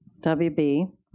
WB